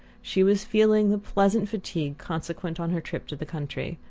she was feeling the pleasant fatigue consequent on her trip to the country,